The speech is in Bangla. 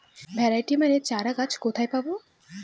ভ্যারাইটি মানের চারাগাছ কোথায় পাবো?